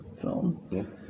film